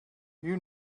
you